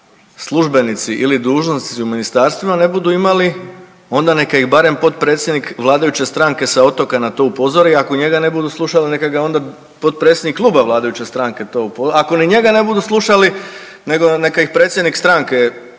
ovoga službenici ili dužnosnici u ministarstvima ne budu imali onda neka ih barem potpredsjednik vladajuće stranke sa otoka na to upozori ako njega ne budu slušali, neka ga onda potpredsjednik kluba vladajuće stranke to upozori, ako ni njega ne budu slušali nego neka ih predsjednik stranke koji